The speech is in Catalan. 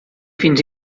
fins